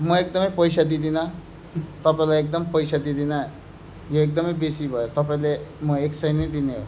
म एकदमै पैसा दिँदिन तपाईँलाई एकदम पैसा दिँदिन यो एकदमै बेसी भयो तपाईँले म एक सय नै दिने हो